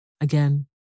Again